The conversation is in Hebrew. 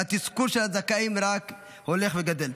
והתסכול של הזכאים רק הולך וגדל.